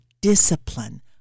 discipline